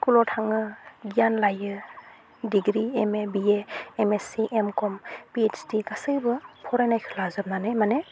स्कुलाव थाङो गियान लायो degree MA BA MSc MCom PhD गासैबो फरायनायखो लाजोबानानै माने